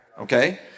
Okay